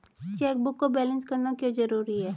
Chequebook को balance करना क्यों जरूरी है?